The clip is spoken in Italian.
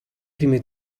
prime